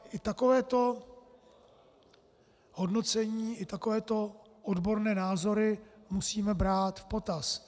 I takovéto hodnocení, i takovéto odborné názory musíme brát v potaz.